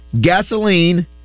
gasoline